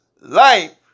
life